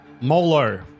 Molo